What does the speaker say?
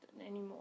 anymore